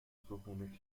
صبحونه